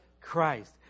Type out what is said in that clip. Christ